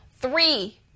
Three